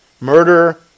Murder